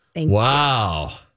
Wow